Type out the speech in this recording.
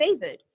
favored